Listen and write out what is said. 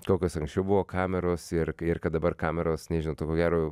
tokios anksčiau buvo kameros ir ir kad dabar kameros nežinau ko gero